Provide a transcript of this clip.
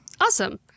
Awesome